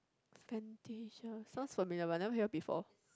Fantasia sounds familiar but never hear before